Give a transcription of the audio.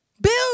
Build